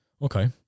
Okay